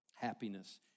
Happiness